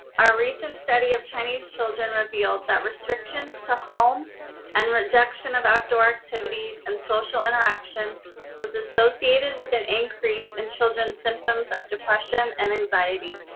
our recent study of chinese children revealed that restrictions to home and reduction of outdoor activities and social interaction was associated with an increase in children's symptoms of depression and anxiety.